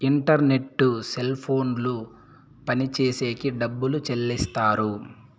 internet cell ఫోన్లు పనిచేసేకి డబ్బులు చెల్లిస్తారు